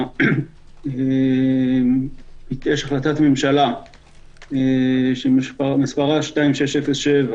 יש החלטת ממשלה שמספרה 2607